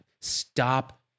stop